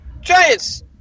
giants